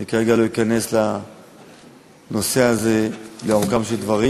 אני כרגע לא אכנס לעומקם של דברים,